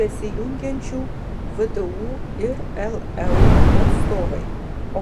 besijungiančių vdu ir leu atstovai